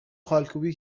خالکوبی